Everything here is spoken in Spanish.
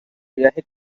viaje